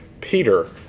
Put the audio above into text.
Peter